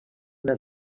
una